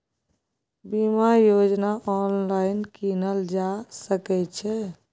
बीमा योजना ऑनलाइन कीनल जा सकै छै?